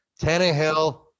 Tannehill